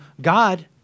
God